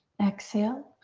exhale.